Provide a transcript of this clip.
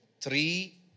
Three